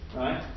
right